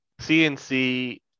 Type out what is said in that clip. cnc